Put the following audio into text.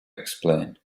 explain